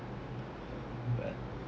but